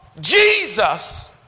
Jesus